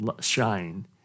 shine